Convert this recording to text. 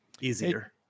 easier